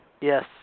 Yes